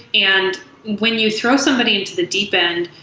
and when you throw somebody into the deep end,